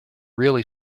really